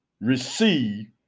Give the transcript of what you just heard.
Receive